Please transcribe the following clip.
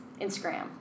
Instagram